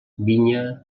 vinya